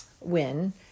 win